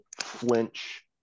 flinch